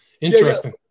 interesting